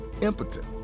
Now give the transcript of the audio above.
impotent